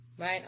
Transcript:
Right